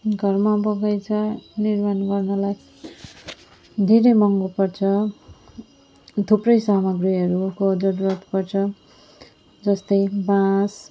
घरमा बगैँचा निर्माण गर्नलाई धेरै महँगो पर्छ थुप्रै सामग्रीहरूको जरुरत पर्छ जस्तै बाँस